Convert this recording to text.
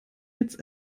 jetzt